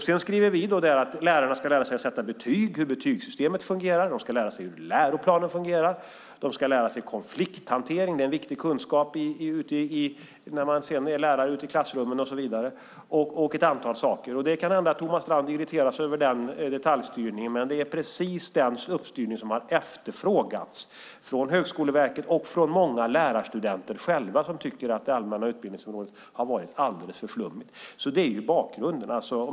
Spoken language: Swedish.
Sedan skriver vi att lärarna ska lära sig att sätta betyg och hur betygssystemet fungerar, de ska lära sig hur läroplanen fungerar, de ska lära sig konflikthantering - det är en viktig kunskap när man sedan är ute i klassrummen - och ett antal andra saker. Det kan hända att Thomas Strand irriterar sig över den detaljstyrningen, men det är precis den uppstyrningen som har efterfrågats från Högskoleverket och från många lärarstudenter som tycker att det allmänna utbildningsområdet har varit alldeles för flummigt. Det är alltså bakgrunden.